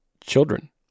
children